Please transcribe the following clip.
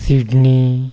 Sydney